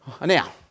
Now